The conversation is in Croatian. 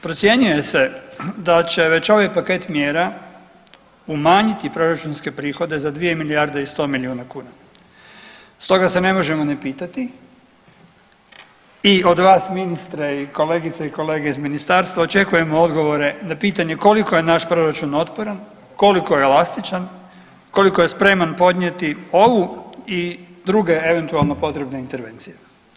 Procjenjuje se da će već ovaj paket mjera umanjiti proračunske prihode za 2 milijarde i 100 milijuna kuna, stoga se ne možemo ne pitati i od vas ministre i kolegice i kolege iz ministarstva očekujemo odgovore na pitanje, koliko je naš proračun otporan, koliko elastičan, koliko je spreman podnijeti ovu i druge eventualno potrebne intervencije?